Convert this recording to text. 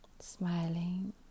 Smiling